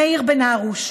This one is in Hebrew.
מאיר בן הרוש,